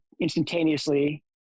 instantaneously